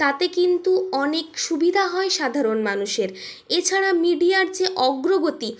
তাতে কিন্তু অনেক সুবিধা হয় সাধারণ মানুষের এ ছাড়া মিডিয়ার যে অগ্রগতি